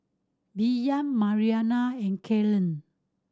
Billie Mariana and Kellen